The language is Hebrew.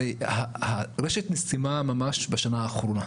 הרשת נסתמה ממש בשנה האחרונה.